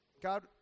God